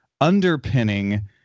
underpinning